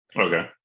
Okay